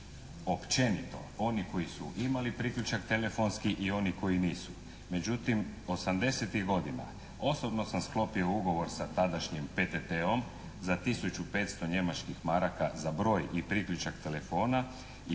općenito oni koji su imali priključak telefonski i oni koji nisu. Međutim 80-tih godina osobno sam sklopio ugovor sa tadašnjim PTT-om za 1.500 DEM za broj i priključak telefona i